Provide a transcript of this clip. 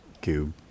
Cube